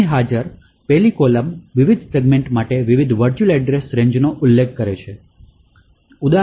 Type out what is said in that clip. હવે અહીં હાજર 1 લી કોલમ વિવિધ સેગમેન્ટ્સ માટે વિવિધ વર્ચુઅલ એડ્રેસ રેન્જનો ઉલ્લેખ કરે છે